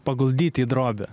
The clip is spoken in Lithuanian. paguldyt į drobę